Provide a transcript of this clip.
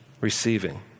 receiving